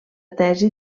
tesi